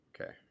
Okay